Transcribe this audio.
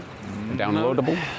downloadable